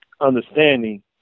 understanding